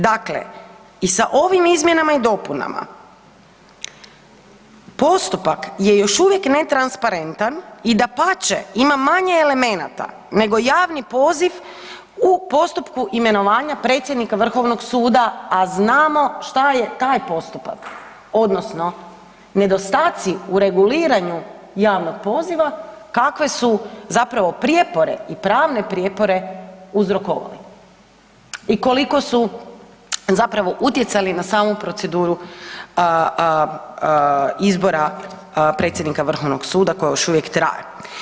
Dakle, i sa ovim izmjenama i dopunama postupak je još uvijek netransparentan i dapače, ima manje elemenata nego javni poziv u postupku imenovanja predsjednika Vrhovnog suda, a znamo što je taj postupak, odnosno nedostaci u reguliranju javnog poziva, kakve su zapravo prijepore i pravne prijepore uzrokovali i koliko su zapravo utjecali na samu proceduru izbora predsjednika Vrhovnog suda koji još uvijek traje.